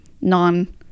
non